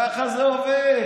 ככה זה עובד.